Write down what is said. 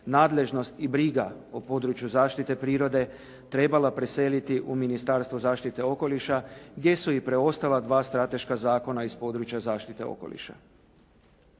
nadležnost i briga o području zaštite prirode trebala preseliti u Ministarstvo zaštite okoliša gdje su i preostala dva strateška zakona iz područja zaštite okoliša.